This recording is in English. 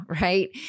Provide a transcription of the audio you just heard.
right